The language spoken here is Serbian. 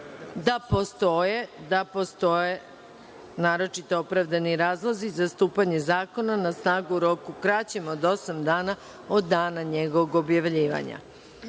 odlučila da postoje naročito opravdani razlozi za stupanje zakona na snagu u roku kraćem od osam dana od dana njegovog objavljivanja. Pošto